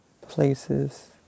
places